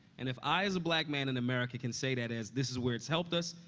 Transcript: and if i, as a black man in america, can say that as this is where it's helped us,